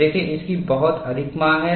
देखें इसकी बहुत अधिक मांग है